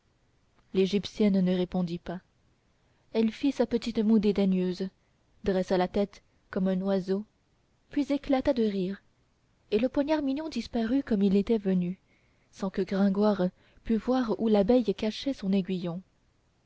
l'égyptienne ne répondit pas elle fit sa petite moue dédaigneuse dressa la tête comme un oiseau puis éclata de rire et le poignard mignon disparut comme il était venu sans que gringoire pût voir où l'abeille cachait son aiguillon